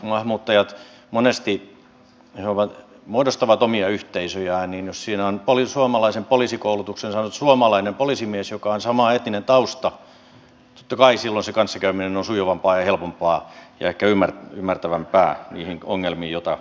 maahanmuuttajat monesti muodostavat omia yhteisöjään ja jos siinä on suomalaisen poliisikoulutuksen saanut suomalainen poliisimies jolla on sama etninen tausta totta kai silloin se kanssakäyminen on sujuvampaa helpompaa ja ehkä ymmärtävämpää suhteessa niihin ongelmiin joita kohdataan